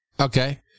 Okay